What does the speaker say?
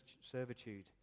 servitude